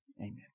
Amen